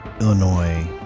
Illinois